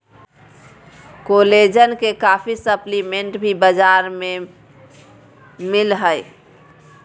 collagen के काफी supplement भी बाजार में मिल हइ